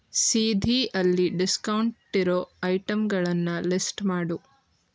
ಸೀಧೀಯಲ್ಲಿ ಡಿಸ್ಕೌಂಟಿರೋ ಐಟಮ್ಗಳನ್ನು ಲಿಸ್ಟ್ ಮಾಡು